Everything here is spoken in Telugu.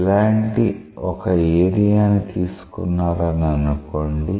ఇలాంటి ఒక ఏరియా ని తీసుకున్నారని అనుకోండి